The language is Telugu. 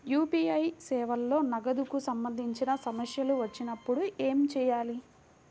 యూ.పీ.ఐ సేవలలో నగదుకు సంబంధించిన సమస్యలు వచ్చినప్పుడు ఏమి చేయాలి?